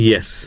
Yes